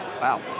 wow